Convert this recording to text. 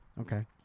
Okay